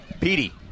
Petey